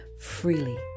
freely